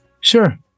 Sure